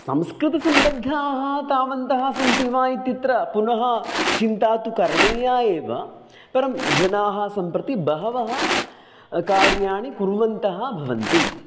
संस्कृतसम्बद्धाः तावन्तः सन्ति वा इत्यत्र पुनः चिन्ता तु करणीया एव परं जनाः सम्प्रति बहवः कार्याणि कुर्वन्तः भवन्ति